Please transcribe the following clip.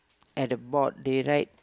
at the board they write